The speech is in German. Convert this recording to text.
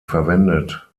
verwendet